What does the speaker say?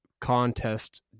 contest